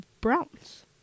Browns